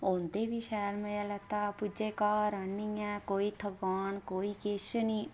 औंदे बी शैल मज़ा लैता आपूं चें घर आह्नियै कोई थकान कोई किश निं